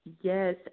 Yes